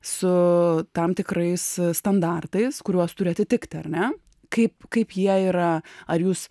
su tam tikrais standartais kuriuos turi atitikti ar ne kaip kaip jie yra ar jūs